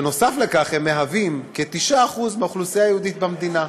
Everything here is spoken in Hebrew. נוסף על כך, הם כ-9% מהאוכלוסייה היהודית במדינה.